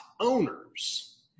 owners